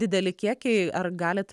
dideli kiekiai ar galit